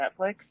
Netflix